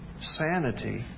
sanity